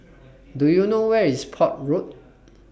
Do YOU know Where IS Port Road